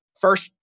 first